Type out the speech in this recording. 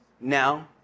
now